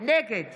נגד